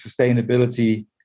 sustainability